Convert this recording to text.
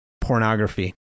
pornography